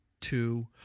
two